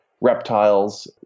reptiles